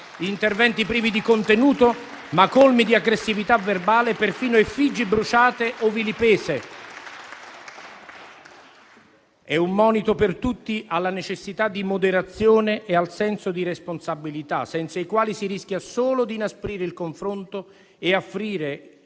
interventi privi di contenuto, ma colmi di aggressività verbale e perfino effigi bruciate o vilipese. È un monito per tutti alla necessità di moderazione e al senso di responsabilità, senza i quali si rischia solo di inasprire il confronto e offrire